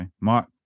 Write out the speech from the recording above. Mark